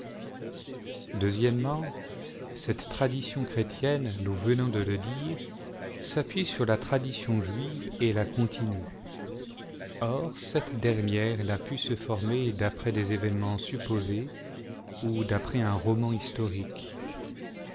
cette tradition chrétienne nous venons de le dire s'appuie sur a tradition juive et la continue or cette dernière n'a pu se former d'après des événements supposés ou d'après un roman historique